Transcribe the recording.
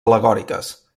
al·legòriques